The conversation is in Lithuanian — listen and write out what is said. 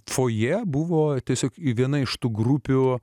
fojė buvo tiesiog viena iš tų grupių